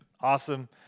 Awesome